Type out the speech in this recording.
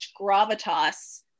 gravitas